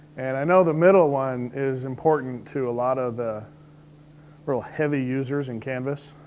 and i know the middle one is important to a lot of the real heavy users in canvas.